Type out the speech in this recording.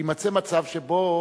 שיימצא מצב שבו